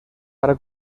para